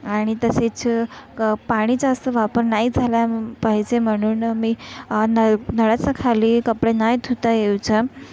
आणि तसेच क पाणी जास्त वापर नाही झाला पाहिजे म्हणून मी न नळाच्याखाली कपडे नाही धुता यायचो